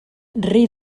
rei